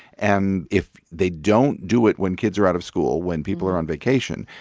and if they don't do it when kids are out of school, when people are on vacation,